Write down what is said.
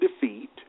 defeat